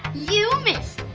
you missed!